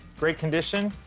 great condition,